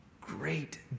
great